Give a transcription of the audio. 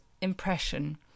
impression